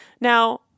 Now